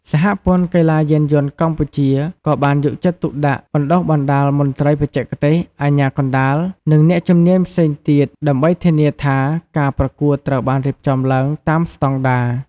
សហព័ន្ធកីឡាយានយន្តកម្ពុជា ក៏បានយកចិត្តទុកដាក់បណ្តុះបណ្តាលមន្ត្រីបច្ចេកទេស អាជ្ញាកណ្តាល និងអ្នកជំនាញផ្សេងទៀត ដើម្បីធានាថាការប្រកួតត្រូវបានរៀបចំឡើងតាមស្តង់ដារ។